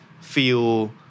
feel